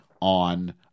on